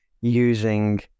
using